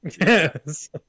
yes